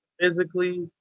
physically